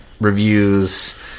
reviews